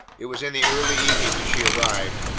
it was in the early evening when she arrived,